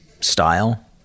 style